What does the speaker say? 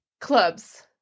clubs